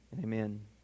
Amen